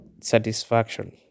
Satisfaction